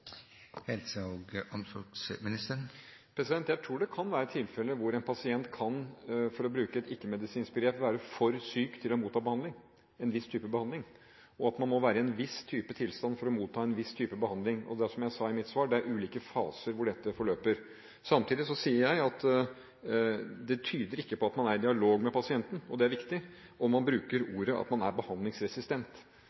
Jeg tror det kan være tilfeller hvor en pasient kan – for å bruke et ikke-medisinsk begrep – være for syk til å motta en viss type behandling, og at man må være i en viss type tilstand for å motta en viss type behandling. Det er, som jeg sa i mitt svar, ulike faser hvor dette forløper. Samtidig sier jeg at det tyder på at man ikke er i dialog med pasienten – og det er viktig – om man bruker